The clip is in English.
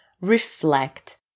reflect